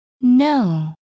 no